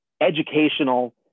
educational